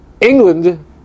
England